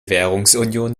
währungsunion